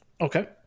Okay